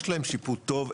יש להם שיפוט טוב,